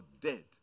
dead